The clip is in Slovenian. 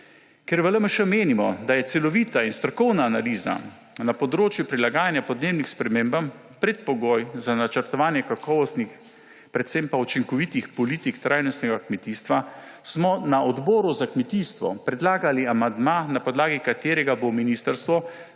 Ker v LMŠ menimo, da je celovita in strokovna analiza na področju prilagajanja podnebnim spremembam predpogoj za načrtovanje kakovostnih, predvsem pa učinkovitih politik trajnostnega kmetijstva, smo na Odboru za kmetijstvo predlagali amandma, na podlagi katerega bo ministrstvo